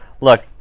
look